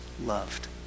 loved